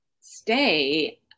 stay